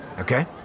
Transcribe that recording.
Okay